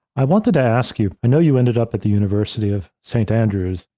i wanted to ask you, i know you ended up at the university of st. andrews,